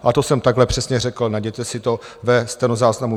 A to jsem takhle přesně řekl, najděte si to ve stenozáznamu.